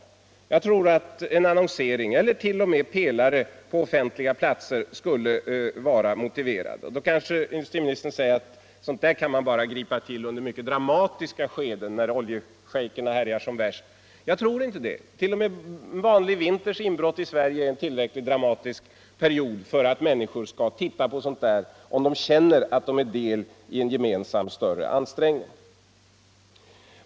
Jag tror att en annonsering eller t.o.m. affischpelare på offentliga platser skulle vara motiverade. Nu kanske industriministern invänder, att sådant kan man bara gripa till under mycket dramatiska skeden när oljeschejkerna härjar som värst. Jag tror inte det. T. o. m. en vanlig vinters inbrott i Sverige är en tillräckligt dramatisk period för att människor skall titta på en sådan annons eller affisch, om de känner att den är en del i en gemensam, större ansträngning.